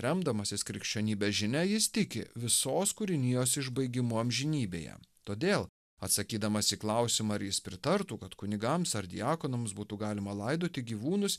remdamasis krikščionybės žinia jis tiki visos kūrinijos išbaigimu amžinybėje todėl atsakydamas į klausimą ar jis pritartų kad kunigams ar diakonams būtų galima laidoti gyvūnus